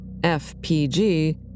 FPG